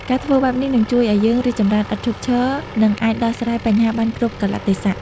ការធ្វើបែបនេះ នឹងជួយឲ្យយើងរីកចម្រើនឥតឈប់ឈរ និងអាចដោះស្រាយបញ្ហាបានគ្រប់កាលៈទេសៈ។